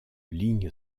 ligne